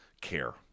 care